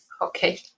Okay